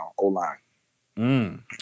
O-line